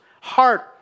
heart